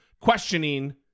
questioning